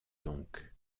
donc